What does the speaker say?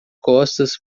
costas